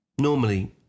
Normally